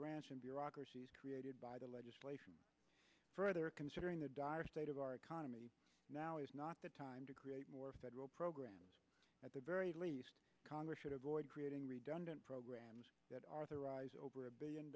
grants and bureaucracies created by the legislation further considering the dire state of our economy now is not the time to create more federal programs at the very least congress should avoid creating redundant programs that are the rise over a billion